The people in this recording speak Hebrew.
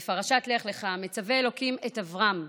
בפרשת לך לך מצווה אלוקים את אברם,